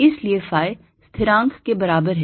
इसलिए phi स्थिरांक के बराबर है